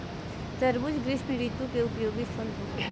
तरबूज़ ग्रीष्म ऋतु के उपयोगी फल होबो हइ